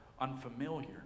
unfamiliar